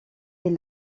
est